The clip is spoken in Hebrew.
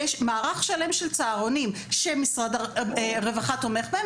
יש מערך שלם של צהרונים שמשרד הרווחה תומך בהם,